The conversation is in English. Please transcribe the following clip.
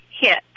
hit